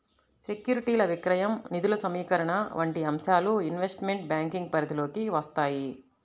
సెక్యూరిటీల విక్రయం, నిధుల సమీకరణ వంటి అంశాలు ఇన్వెస్ట్మెంట్ బ్యాంకింగ్ పరిధిలోకి వత్తాయి